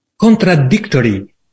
contradictory